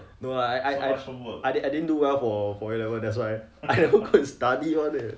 no lah I I I didn't do well for O level that why I didn't go and study one eh